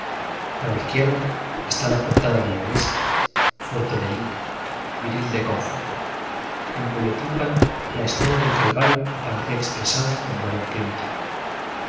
a la izquierda está la portada de la iglesia fuerte de línea viril de conjunto en cuyo tímpano la escena del calvario aparece expresada con dolor primitivo